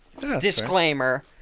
disclaimer